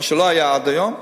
מה שלא היה עד היום,